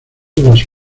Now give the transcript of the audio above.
las